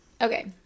okay